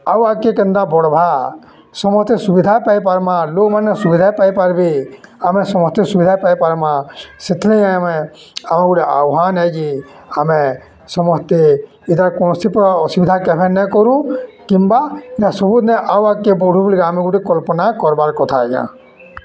ଆଉ ଆଗକେ କେନ୍ତା ବଢ଼ବା ସମସ୍ତେ ସୁବିଧା ପାଇପାରମା ଲୋମାନେ ସୁବିଧା ପାଇପାରବେ ଆମେ ସମସ୍ତେ ସୁବିଧା ପାଇପାରମା ସେଥିଲାଗି ଆମେ ଆମ ଗୋଟେ ଆହ୍ୱାନେ ଯେ ଆମେ ସମସ୍ତେ ଏଠାରେ କୌଣସି ପ୍ରକାର ଅସୁବିଧା କେଭେ ନାଇଁ କରୁ କିମ୍ବା ସବୁ ଆଉ ଆଗକେ ବଢୁ ବୋଲି ଆମେ ଗୋଟେ କଳ୍ପନା କରବାର କଥା ଆଜ୍ଞା